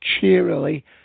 cheerily